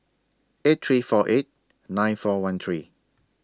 eight three four eight nine four one three